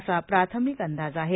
असा प्राथमिक अंदाज आहे